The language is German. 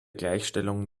gleichstellung